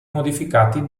modificati